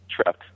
truck